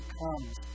comes